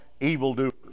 evildoers